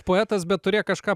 poetas bet turėk kažką